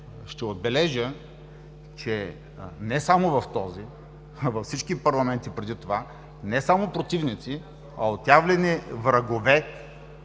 Ще отбележа, че не само в този, а във всички парламенти преди това има не само противници, а има отявлени врагове